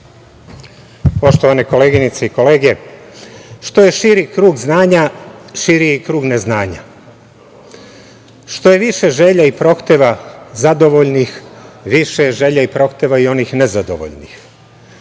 Poštovane koleginice i kolege, što je širi krug znanja, širi je i krug neznanja, što je više želja i prohteva zadovoljnih, više je želja i prohteva onih nezadovoljnih.